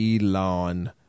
elon